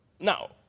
Now